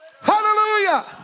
hallelujah